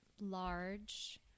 large